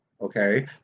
okay